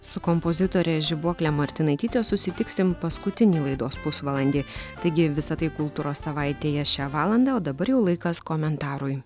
su kompozitore žibuokle martinaityte susitiksim paskutinį laidos pusvalandį taigi visa tai kultūros savaitėje šią valandą o dabar jau laikas komentarui